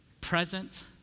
present